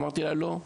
אמרתי: לא.